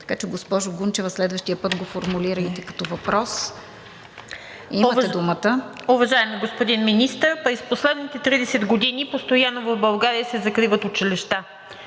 така че, госпожо Гунчева, следващият път го формулирайте като въпрос. Имате думата.